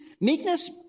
Meekness